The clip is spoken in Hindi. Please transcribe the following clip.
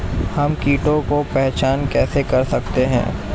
हम कीटों की पहचान कैसे कर सकते हैं?